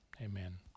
Amen